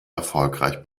erfolgreich